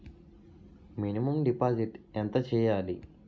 Minimum deposit ఎంత చెయ్యాలి?